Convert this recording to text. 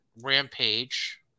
Rampage